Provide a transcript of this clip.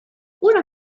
una